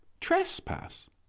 Trespass